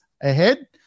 ahead